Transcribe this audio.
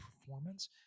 performance